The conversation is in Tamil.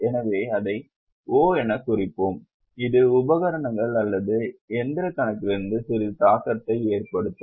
எனவே அதை O எனக் குறிப்போம் இது உபகரணங்கள் அல்லது இயந்திரக் கணக்கிலும் சிறிது தாக்கத்தை ஏற்படுத்தும்